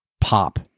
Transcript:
pop